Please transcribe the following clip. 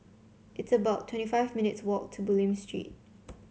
it's about twenty five minutes' walk to Bulim Street